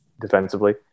defensively